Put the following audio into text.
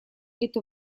это